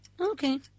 okay